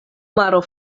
maro